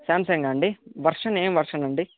Samsung అండి version ఏం version అండి